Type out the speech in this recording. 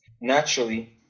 naturally